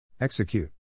Execute